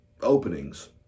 openings